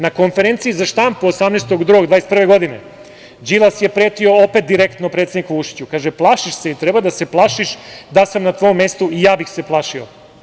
Na konferenciji za štampu 18. februara 2021. godine Đilas je pretio opet direktno predsedniku Vučiću, kaže: „Plašiš se i treba da se plašiš, da sam na tvom mestu i ja bih se plašio“